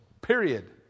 period